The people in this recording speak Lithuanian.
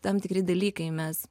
tam tikri dalykai mes